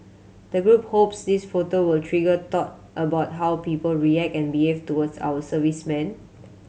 the group hopes these photo will trigger thought about how people react and behave towards our servicemen